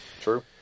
True